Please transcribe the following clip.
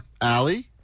Allie